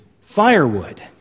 firewood